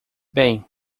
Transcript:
bem